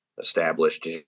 established